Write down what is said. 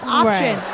option